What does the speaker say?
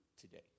today